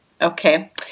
Okay